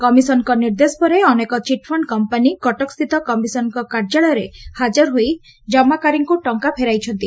କମିଶନ୍ଙ୍କ ନିର୍ଦ୍ଦେଶ ପରେ ଅନେକ ଚିଟ୍ଫଣ୍ଡ କମ୍ପାନୀ କଟକସ୍ଥିତ କମିଶନ୍ଙ୍କ କାର୍ଯ୍ୟାଳୟରେ ହାଜର ହୋଇ ଜମାକାରୀଙ୍କୁ ଟଙ୍କା ଫେରାଇଛନ୍ତି